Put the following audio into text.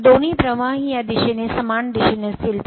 तर दोन्ही प्रवाह ही या दिशेने समान दिशेने असतील